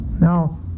Now